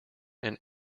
and